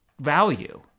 value